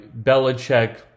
Belichick